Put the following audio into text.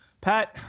Pat